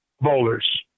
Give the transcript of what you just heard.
bowlers